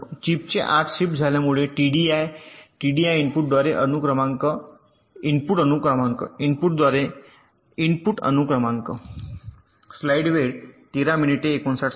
चिपच्या आत शिफ्ट झाल्यामुळे टीडीआय टीडीआय इनपुटद्वारे इनपुट अनुक्रमांक